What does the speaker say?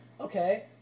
okay